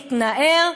מתנער,